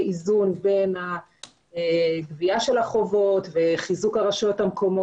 איזון בין הגבייה של החובות וחיזוק הרשויות המקומיות